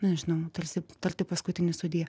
nežinau tarsi tarti paskutinį sudie